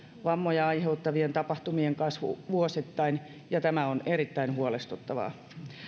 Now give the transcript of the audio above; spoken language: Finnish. vammoja aiheuttavien tapahtumien kasvu vuosittain ja tämä on erittäin huolestuttavaa